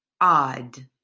odd